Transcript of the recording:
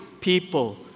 people